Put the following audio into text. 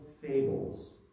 fables